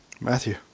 Matthew